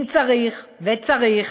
אם צריך, וצריך,